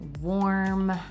warm